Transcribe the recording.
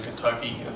Kentucky